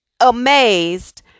amazed